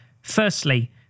Firstly